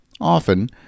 Often